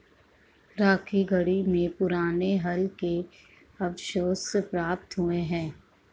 राखीगढ़ी में पुराने हल के अवशेष प्राप्त हुए हैं